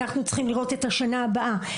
אנחנו צריכים לראות את השנה הבאה.